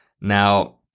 Now